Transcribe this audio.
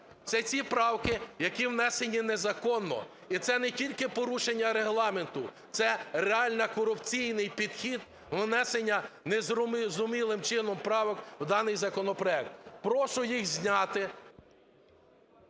Це ці правки, які внесені незаконно, і це не тільки порушення Регламенту, це реальний корупційний підхід внесення незрозумілим чином правок в даний законопроект. Прошу їх зняти…